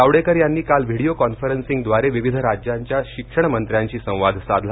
जावडेकर यांनी काल व्हिडिओ कॉन्फरन्सिंगद्वारे विविध राज्याच्या शिक्षणमंत्र्यांशी संवाद साधला